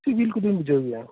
ᱥᱤᱵᱤᱞ ᱠᱚᱫᱚᱧ ᱵᱩᱡᱷᱟᱹᱣ ᱜᱮᱭᱟ